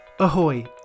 Ahoy